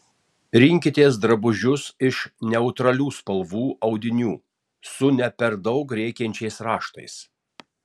rinkitės drabužius iš neutralių spalvų audinių su ne per daug rėkiančiais raštais